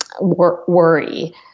worry